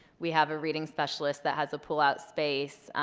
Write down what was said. we have a reading specialist that has a pullout space.